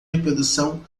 reprodução